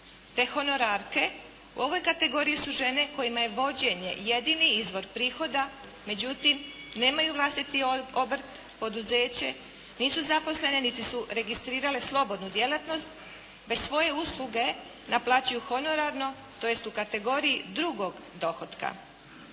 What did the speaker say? te honorarke. U ovoj kategoriji su žene kojima je vođenje jedini izvor prihoda, međutim nemaju vlastiti obrt, poduzeće, nisu zaposlene niti su registrirale slobodnu djelatnost. Bez svoje usluge naplaćuju honorarno, tj. u kategoriji drugo dohotka.